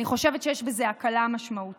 אני חושבת שיש בזה הקלה משמעותית.